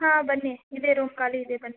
ಹಾಂ ಬನ್ನಿ ಇದೆ ರೂಮ್ ಖಾಲಿ ಇದೆ ಬನ್ನಿ